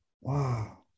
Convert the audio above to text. Wow